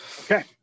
Okay